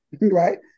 right